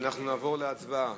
אנחנו נעבור להצבעה.